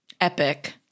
Epic